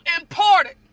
important